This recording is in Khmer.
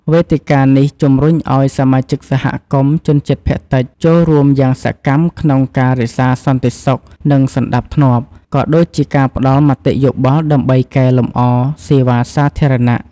វេទិកានេះជំរុញឲ្យសមាជិកសហគមន៍ជនជាតិភាគតិចចូលរួមយ៉ាងសកម្មក្នុងការរក្សាសន្តិសុខ និងសណ្ដាប់ធ្នាប់ ក៏ដូចជាផ្តល់មតិយោបល់ដើម្បីកែលម្អសេវាសាធារណៈ។